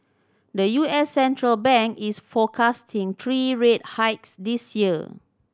the U S central bank is forecasting three rate hikes this year